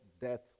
death